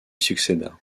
succéda